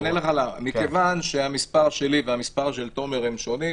אני אענה לך למה: מכיוון שהמספרים שלי ושל תומר שונים,